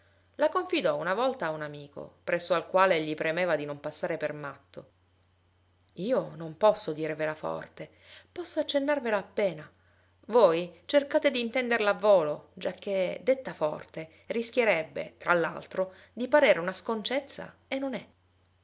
la confidò una volta a un amico presso al quale gli premeva di non passare per matto io non posso dirvela forte posso accennarvela appena voi cercate d'intenderla a volo giacché detta forte rischierebbe tra l'altro di parere una sconcezza e non è